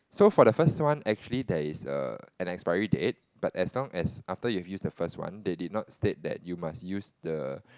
so for the first one actually there's a an expiry date but as long as after you've used the first one they did not state that you must use the